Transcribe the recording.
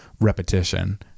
repetition